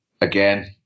Again